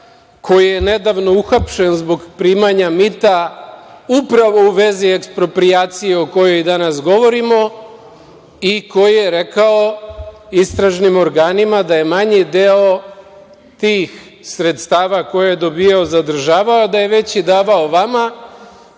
koji je nedavno uhapšen zbog primanja mita upravo u vezi eksproprijacije o kojoj i danas govorimo, i koji je rekao istražnim organima da je manji deo tih sredstava koje je dobijao zadržavao, da je veći davao vama